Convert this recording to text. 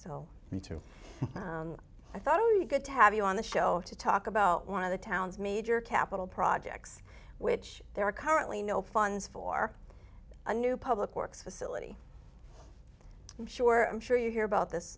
too i thought only good to have you on the show to talk about one of the town's major capital projects which there are currently no funds for a new public works facility i'm sure i'm sure you hear about this